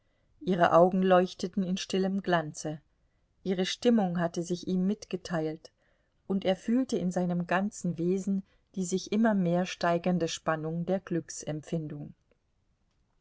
ihre augen leuchteten in stillem glanze ihre stimmung hatte sich ihm mitgeteilt und er fühlte in seinem ganzen wesen die sich immer mehr steigernde spannung der